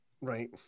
Right